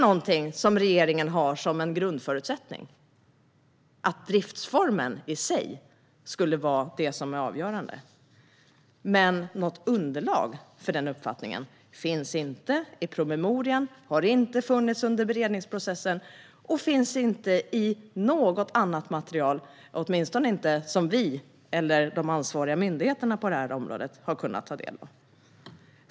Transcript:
Regeringen har nämligen som en grundförutsättning att driftsformen i sig skulle vara det som är avgörande. Men något underlag för den uppfattningen finns inte i promemorian. Det har heller inte funnits under beredningsprocessen, och det finns inte i något annat material - åtminstone inte i något som vi eller de ansvariga myndigheterna på detta område har kunnat ta del av.